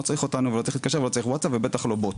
צריך אותנו ולא צריך להתקשר ולא צריך ווטסאפ ובטח לא בוט.